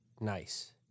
Nice